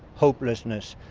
hopelessness.